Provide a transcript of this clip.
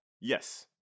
Yes